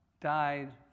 died